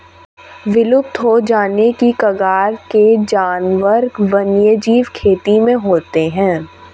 विलुप्त हो जाने की कगार के जानवर वन्यजीव खेती में होते हैं